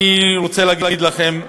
אני רוצה להגיד לכם,